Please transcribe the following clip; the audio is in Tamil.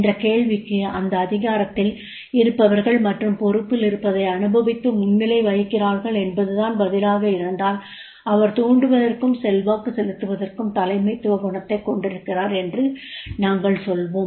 என்ற கேள்விக்கு அந்த அதிகாரத்தில் இருப்பவர்கள் மற்றும் பொறுப்பில் இருப்பதை அனுபவித்து முன்னிலை வகிக்கிறார்கள் என்பதுதான் பதிலாக இருந்தால் அவர் தூண்டுவதற்கும் செல்வாக்கு செலுத்துவதற்கும் தலைமைத்துவ குணத்தைக் கொண்டிருக்கிறார் என்று நாங்கள் சொல்வோம்